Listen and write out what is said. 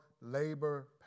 labor